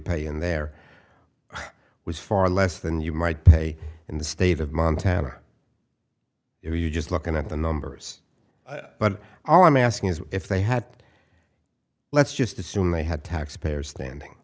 pay and there was far less than you might pay in the state of montana if you just looking at the numbers but all i'm asking is if they had let's just assume they had taxpayer standing